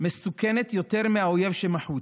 מסוכנת יותר מהאויב שבחוץ,